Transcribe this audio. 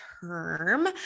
term